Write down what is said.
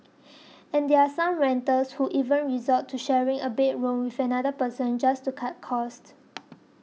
and there are some renters who even resort to sharing a bedroom with another person just to cut costs